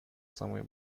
самые